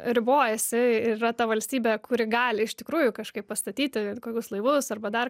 ribojasi ir yra ta valstybė kuri gali iš tikrųjų kažkaip pastatyti kokius laivus arba dar